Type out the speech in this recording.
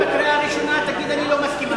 אם בקריאה ראשונה היא תגיד: אני לא מסכימה,